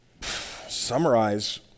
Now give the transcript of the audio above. summarize